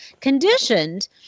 conditioned